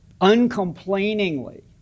uncomplainingly